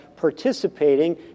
participating